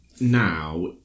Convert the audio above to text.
now